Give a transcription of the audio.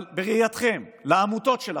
אבל בראייתכם, לעמותות שלכם,